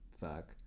fuck